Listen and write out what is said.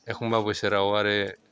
एखनबा बोसोराव आरो